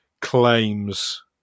claims